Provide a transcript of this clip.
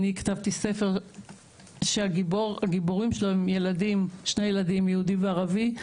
אני כתבתי ספר שהגיבורים שלו הם שני ילדים יהודי וערבי,